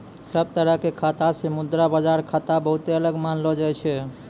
सब तरह के खाता से मुद्रा बाजार खाता बहुते अलग मानलो जाय छै